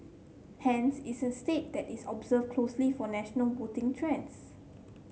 hence it's a state that is observed closely for national voting trends